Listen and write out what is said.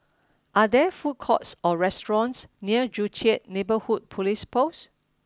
are there food courts or restaurants near Joo Chiat Neighbourhood Police Post